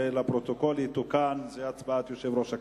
בפרוטוקול יתוקן שזאת הצבעת יושב-ראש הכנסת.